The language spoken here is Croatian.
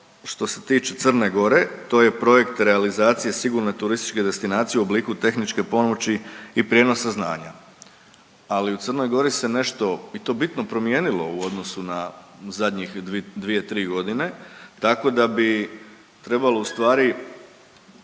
što se tiče Crne Gore to je projekt realizacije sigurne turističke destinacije u obliku tehničke pomoći i prijenosa znanja. Ali u Crnoj Gori se nešto i to bitno promijenilo u odnosu na zadnjih dvije, tri godine tako da bi trebalo u stvari